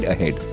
Ahead